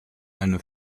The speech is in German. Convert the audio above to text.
eine